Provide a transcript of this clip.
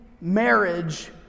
marriage